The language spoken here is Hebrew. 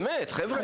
באמת, חבר'ה.